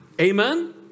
Amen